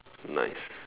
nice